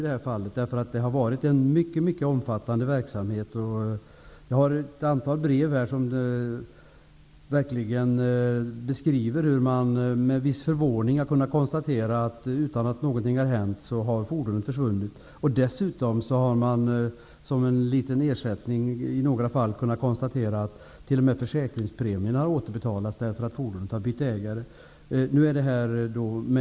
Verksamheten har ju varit omfattande. Jag har fått ett antal brev där brevskrivarna har berättat att de med viss förvåning har sett att fordonet har försvunnit och sedan i några fall, som en ''ersättning'', har försäkringspremierna återbetalats eftersom fordonet har bytt ägare.